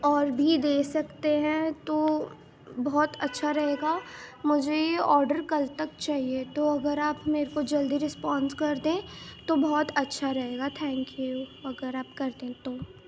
اور بھی دے سکتے ہیں تو بہت اچھا رہے گا مجھے یہ آرڈر کل تک چاہیے تو اگر آپ میرے کو جلدی رسپانس کردیں تو بہت اچھا رہے گا تھینک یو اگر آپ کر دیں تو